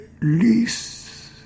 least